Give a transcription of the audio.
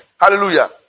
Hallelujah